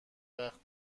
وقت